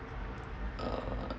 uh